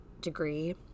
degree